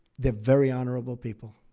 they're very honorable people.